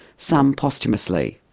some posthumously.